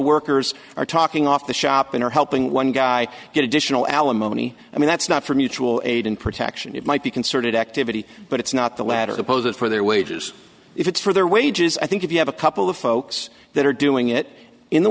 workers are talking off the shop and are helping one guy get additional alimony i mean that's not for mutual aid and protection it might be concerted activity but it's not the latter that poses for their wages if it's for their wages i think if you have a couple of folks that are doing it in the